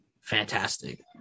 fantastic